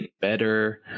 better